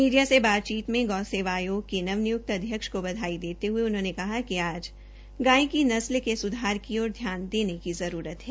media से बातचीत में गौ सेवा आयोग के नव नियुक्त अध्यक्ष को बधाई देते हये उन्होंने कहा कि आज गाय की नस्ल के सुधार की ओर ध्यान देने की जरूरत है